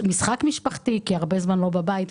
לתת משחק משפחתי בגלל שהרבה זמן לא נמצאים בבית.